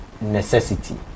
necessity